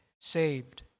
saved